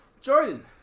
Jordan